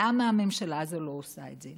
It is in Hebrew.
למה הממשלה הזאת לא עושה את זה?